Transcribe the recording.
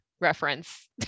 reference